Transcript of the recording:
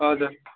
हजुर